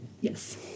Yes